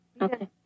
Okay